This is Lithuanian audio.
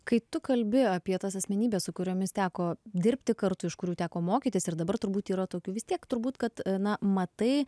kai tu kalbi apie tas asmenybes su kuriomis teko dirbti kartu iš kurių teko mokytis ir dabar turbūt yra tokių vis tiek turbūt kad na matai